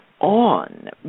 on